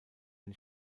den